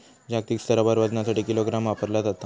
जागतिक स्तरावर वजनासाठी किलोग्राम वापरला जाता